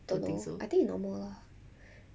don't think so I think she normal lah